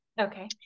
Okay